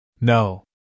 No